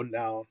now